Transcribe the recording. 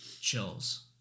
chills